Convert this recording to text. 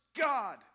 God